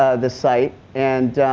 ah the site and,